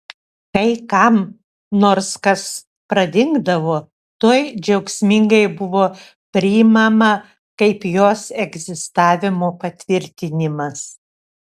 kai kam nors kas pradingdavo tuoj džiaugsmingai buvo priimama kaip jos egzistavimo patvirtinimas